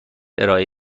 ارائه